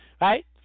right